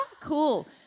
Cool